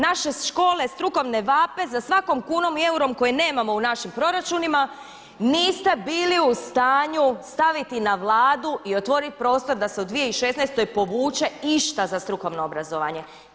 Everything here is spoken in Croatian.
Naše škole strukovne vape za svakom kunom i eurom koje nemamo u našim proračunima, niste bili u stanju staviti na Vladu i otvoriti prostor da se u 2016. povuče išta za strukovno obrazovanje.